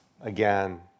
again